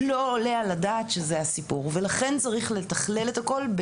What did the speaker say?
לא עולה על הדעת שזה הסיפור ולכן צריך לתכלל את הכול,